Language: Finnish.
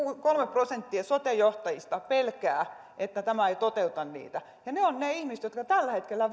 prosenttia sote johtajista pelkää että tämä ei toteuta niitä ja he ovat niitä ihmisiä jotka tällä hetkellä